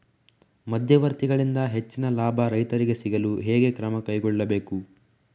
ಮಧ್ಯವರ್ತಿಗಳಿಂದ ಹೆಚ್ಚಿನ ಲಾಭ ರೈತರಿಗೆ ಸಿಗಲು ಹೇಗೆ ಕ್ರಮ ಕೈಗೊಳ್ಳಬೇಕು?